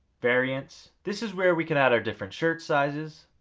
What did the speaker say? variants, this is where we can add or different shirt sizes.